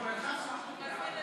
אנחנו עוברים